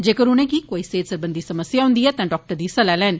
जेकर उनेंगी कोई सेहत सरबंधी समस्या हूंदी ऐ तां डाक्टर दी सलाह लैन